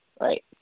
right